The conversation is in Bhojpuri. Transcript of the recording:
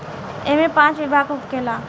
ऐइमे पाँच विभाग होखेला